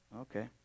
Okay